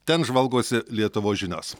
ten žvalgosi lietuvos žinios